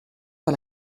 sur